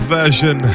version